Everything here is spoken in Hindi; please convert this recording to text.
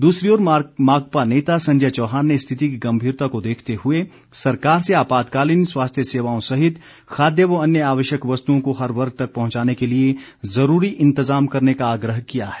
दूसरी ओर माकपा नेता संजय चौहान ने रिथिति की गम्भीरता को देखते हुए सरकार से आपातकालीन स्वास्थ्य सेवाओं सहित खाद्य व अन्य आवश्यक वस्तुओं को हर वर्ग तक पहुंचाने के लिए ज़रूरी इंतज़ाम करने का आग्रह किया है